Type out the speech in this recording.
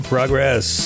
Progress